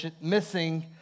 missing